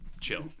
chill